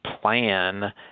plan